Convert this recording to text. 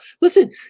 Listen